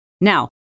Now